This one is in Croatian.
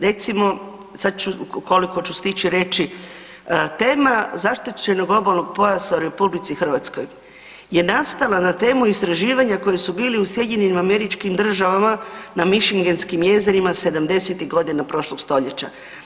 Recimo, sad ću, koliko ću stići reći, tema zaštićenog obalnog pojasa u RH je nastala na temu istraživanja koja su bila u SAD-u na mičigenskim jezerima '70.-tih godina prošlog stoljeća.